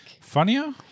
Funnier